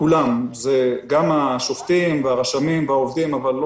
כולם גם השופטים והרשמים והעובדים אבל לא